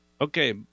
Okay